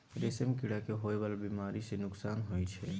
रेशम कीड़ा के होए वाला बेमारी सँ नुकसान होइ छै